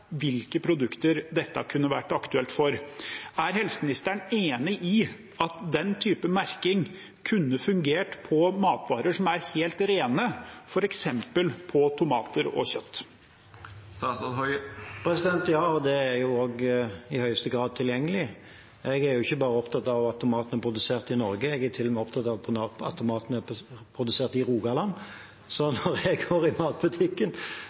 hvilke produkter dette kunne vært aktuelt for. Er helseministeren enig i at den type merking kunne fungert på matvarer som er helt rene, f.eks. på tomater og kjøtt? Ja, og det er også i høyeste grad tilgjengelig. Jeg er ikke bare opptatt av at tomatene er produsert i Norge, jeg er til og med opptatt av at tomatene er produsert i Rogaland, så når jeg går i matbutikken,